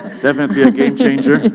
definitely a game changer.